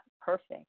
perfect